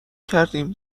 کردیم